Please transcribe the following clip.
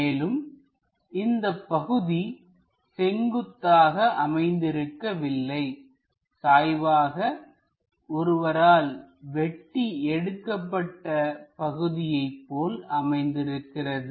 மேலும் இந்தப் பகுதி செங்குத்தாக அமைந்திருக்கவில்லை சாய்வாக ஒருவரால் வெட்டி எடுக்கப்பட்ட பகுதியை போல் அமைந்திருக்கிறது